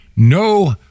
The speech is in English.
No